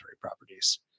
properties